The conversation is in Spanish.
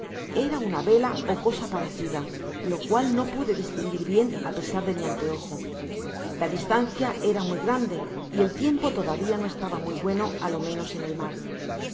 era una vela ó cosa parecida lo cual no pude distinguir bien á pesar de mi anteojo la distancia era muy grande y el tiempo todavía no estaba muy bueno á lo menos en el mar